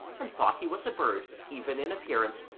and thought he was a bird, even in appearance,